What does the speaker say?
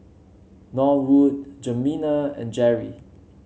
Norwood Jimena and Jerri